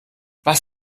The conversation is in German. was